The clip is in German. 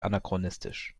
anachronistisch